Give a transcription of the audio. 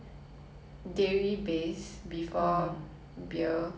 不喜欢喝酒 yes